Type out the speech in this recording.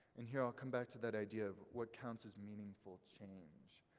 and here i'll come back to that idea of what counts as meaningful change?